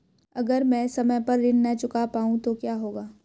अगर म ैं समय पर ऋण न चुका पाउँ तो क्या होगा?